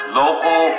local